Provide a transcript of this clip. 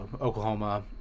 Oklahoma